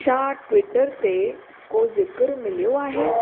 छा ट्विटर ते को ज़िक्रु मिलियो आहे